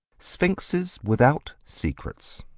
sphinxes without secrets.